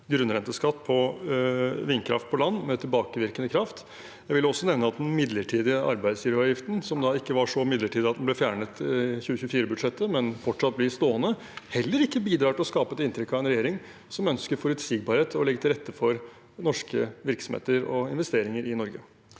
grunnrenteskatt på vindkraft på land med tilbakevirkende kraft. Jeg vil også nevne at den midlertidige arbeidsgiveravgiften – som ikke var så midlertidig at den ble fjernet i 2024-budsjettet, men fortsatt blir stående – heller ikke bidrar til å skape et inntrykk av en regjering som ønsker forutsigbarhet og legger til rette for norske virksomheter og investeringer i Norge.